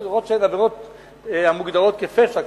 אף-על-פי שהן עבירות המוגדרות כפשע,